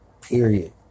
period